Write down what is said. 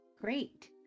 great